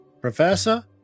Professor